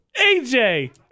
AJ